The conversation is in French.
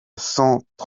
trente